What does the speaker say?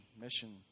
mission